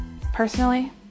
Personally